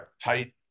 tight